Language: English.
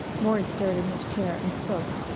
maury stirred in his chair and spoke.